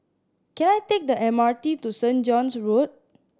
can I take the M R T to Saint John's Road